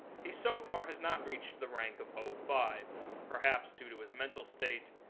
he so far has not reached the rank of o five, perhaps due to his mental state,